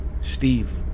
Steve